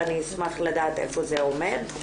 ואני אשמח לדעת איפה זה עומד.